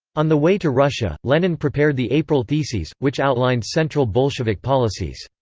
on the way to russia, lenin prepared the april theses, which outlined central bolshevik policies.